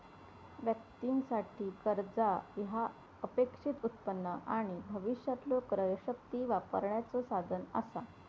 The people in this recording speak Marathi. व्यक्तीं साठी, कर्जा ह्या अपेक्षित उत्पन्न आणि भविष्यातलो क्रयशक्ती वापरण्याचो साधन असा